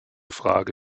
frage